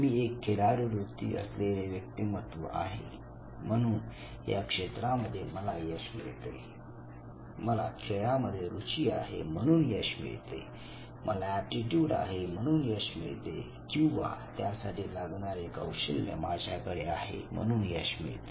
मी एक खिलाडूवृत्ती असलेले व्यक्तिमत्व आहे म्हणून या क्षेत्रामध्ये मला यश मिळते मला खेळा मध्ये रुची आहे म्हणून यश मिळते मला एप्टीट्यूड आहे म्हणून यश मिळते किंवा त्यासाठी लागणारे कौशल्य माझ्याकडे आहे म्हणून मला यश मिळते